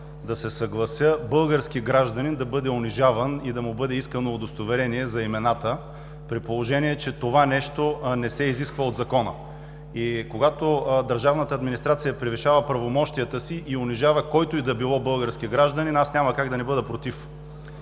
да се съглася български гражданин да бъде унижаван и да му бъде искано удостоверение за имената, при положение че това нещо не се изисква от Закона. Когато държавната администрация превишава правомощията си и унижава който и да било български гражданин, аз няма как да не бъда против.